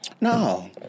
No